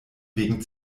wegen